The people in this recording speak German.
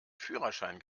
führerschein